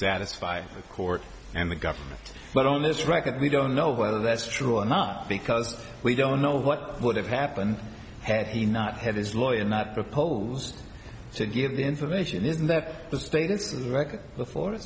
satisfy the court and the government but on this record we don't know whether that's true or not because we don't know what would have happened had he not had his lawyer not proposed to give the information isn't that the status of the